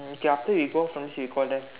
okay after we go from this you call them